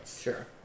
Sure